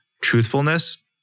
truthfulness